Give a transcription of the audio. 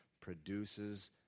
produces